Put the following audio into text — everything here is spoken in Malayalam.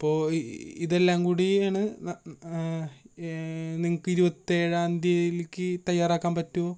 അപ്പോൾ ഇത് ഇതെല്ലാം കൂടി അന്ന് നിങ്ങൾക്ക് ഇരുപത്തിയേഴാം തിയതിലേക്ക് തയ്യാറാക്കാൻ പറ്റുവോ